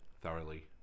Thoroughly